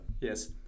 Yes